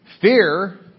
Fear